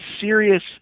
serious